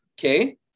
Okay